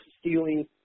stealing